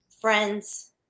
friends